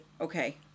okay